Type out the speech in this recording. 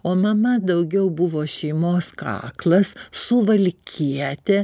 o mama daugiau buvo šeimos kaklas suvalkietė